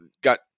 got